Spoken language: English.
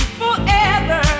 forever